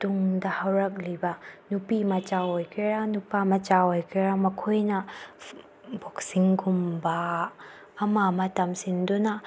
ꯇꯨꯡꯗ ꯍꯧꯔꯛꯂꯤꯕ ꯅꯨꯄꯤ ꯃꯆꯥ ꯑꯣꯏꯒꯦꯔꯥ ꯅꯨꯄꯥ ꯃꯆꯥ ꯑꯣꯏꯒꯦꯔꯥ ꯃꯈꯣꯏꯅ ꯕꯣꯛꯁꯤꯡꯒꯨꯝꯕ ꯑꯃ ꯑꯃ ꯇꯝꯁꯤꯟꯗꯨꯅ